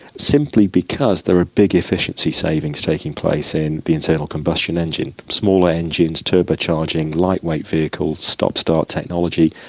simply because there are big efficiency savings taking place in the internal combustion engine smaller engines, turbo charging, lightweight vehicles, stop-start technology,